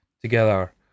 together